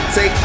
Say